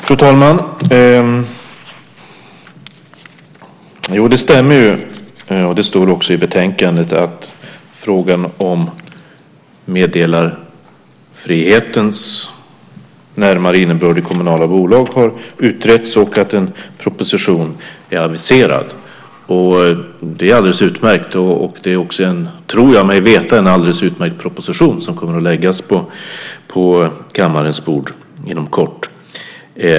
Fru talman! Det stämmer, och det står också i betänkandet, att den närmare innebörden av meddelarfriheten i kommunala bolag har utretts och att en proposition är aviserad. Det är alldeles utmärkt, och jag tror mig också veta att det är en alldeles utmärkt proposition som kommer att läggas på kammarens bord inom kort.